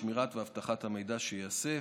שמירת ואבטחת המידע שייאסף.